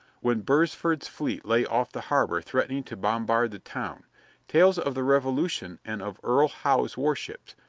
when beresford's fleet lay off the harbor threatening to bombard the town tales of the revolution and of earl howe's warships,